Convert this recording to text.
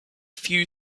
few